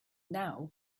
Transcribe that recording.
now